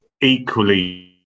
equally